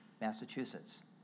Massachusetts